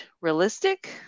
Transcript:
realistic